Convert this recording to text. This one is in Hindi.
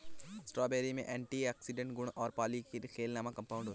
स्ट्रॉबेरी में एंटीऑक्सीडेंट गुण और पॉलीफेनोल कंपाउंड होते हैं